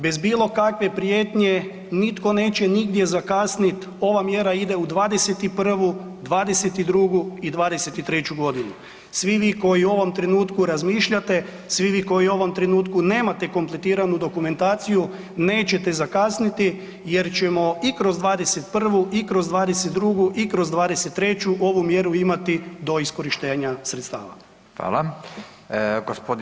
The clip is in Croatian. Bez bilo kakve prijetnje nitko neće nigdje zakasnit, ova mjera ide u '21., '22. i '23.g. Svi vi koji u ovom trenutku razmišljate, svi vi koji u ovom trenutku nemate kompletiranu dokumentaciju nećete zakasniti jer ćemo i kroz '21. i kroz '22. i kroz '23. ovu mjeru imati do iskorištenja sredstava.